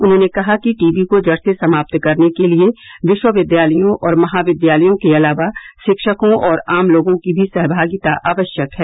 उन्होंने कहा कि टीबी को जड़ से समाप्त करने के लिए विश्वविद्यालयों और महाविद्यालयों के अलावा शिक्षकों और आम लोगों की भी सहमागिता आवश्यक है